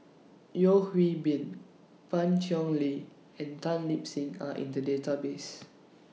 Yeo Hwee Bin Pan Cheng Lui and Tan Lip Seng Are in The Database